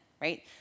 right